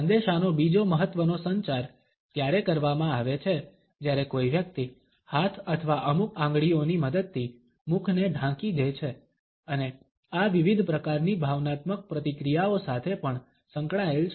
સંદેશાનો બીજો મહત્વનો સંચાર ત્યારે કરવામાં આવે છે જ્યારે કોઈ વ્યક્તિ હાથ અથવા અમુક આંગળીઓની મદદથી મુખને ઢાંકી દે છે અને આ વિવિધ પ્રકારની ભાવનાત્મક પ્રતિક્રિયાઓ સાથે પણ સંકળાયેલ છે